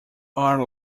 are